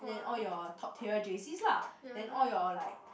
then all your top tier J_Cs lah then all your like